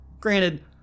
Granted